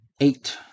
eight